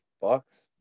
Bucks